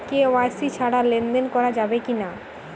KYC ছাড়া লেনদেন করা যাবে কিনা?